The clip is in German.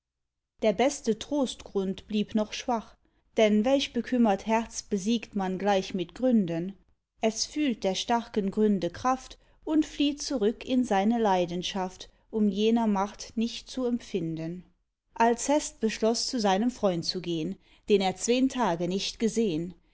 der beste trostgrund blieb noch schwach denn welch bekümmert herz besiegt man gleich mit gründen es fühlt der starken gründe kraft und flieht zurück in seine leidenschaft um jener macht nicht zu empfinden alcest beschloß zu seinem freund zu gehn den er zween tage nicht gesehn